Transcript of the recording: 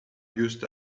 used